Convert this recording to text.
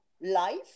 life